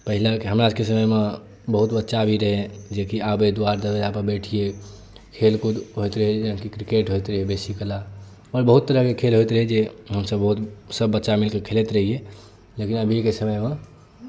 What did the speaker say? पहिनेके हमरासभके समयमे बहुत बच्चा भी रहय जेकि आबै दुआरि दरबज्जापर बैठियै खेलकूद होइत रहै जाहिमे कि क्रिकेट होइत रहय बेसीकला बहुत तरहके खेल होइत रहय जे हमसभ बहुत सभ बच्चा मिलि कऽ खेलैत रहियै लेकिन अभीके समयमे